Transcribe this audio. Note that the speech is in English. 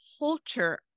culture